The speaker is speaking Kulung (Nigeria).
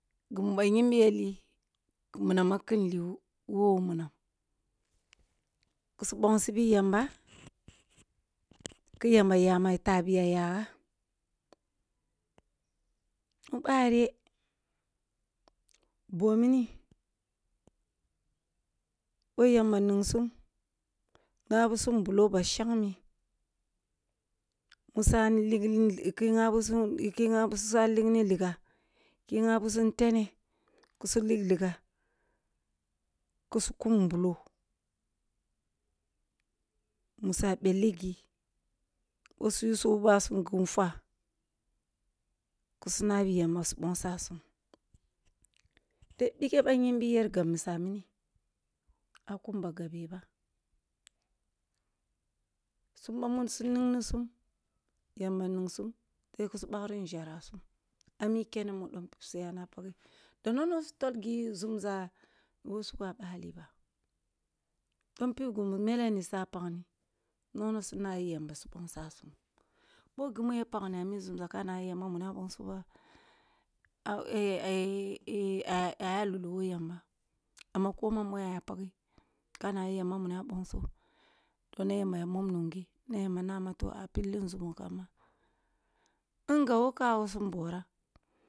Gi bayimbi ya li minam ma kari li who munam, su bonsi bi yam ba ki yamba ya ma tabiya yaga mu ɓari boh mini boh yamba ningsum, ngabisum mbulo bashsngme kin sani ligli ki ngabisum ki ngabisum kisu liglini liga, ki nga bisum tene ki su ligligs, ku su kum mbulo nasu ligni liga, ki nga bisum tene ki su ligliga, ku su wubs sum gu nfwa ku su nabi yamba su bongsasum tebb bike ba yimbi yer gab misa mini a kum ba gabeh ba sum bamun ningsum yamba ningsum tebh su bagri nzera sum a mi kene mu dom suye mi page, di nono tol gi nzumza mur a bali ba dompip mele su pakne nono su nabi yamba yamba mbongsam, bo aya lullulo wish yamba amma ko man mu aya page ka nabi yamba a bongsoh kinit amba ya mom nungeh nay amba a pilli nzumo kamba gab who kagisum borah.